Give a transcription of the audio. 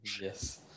Yes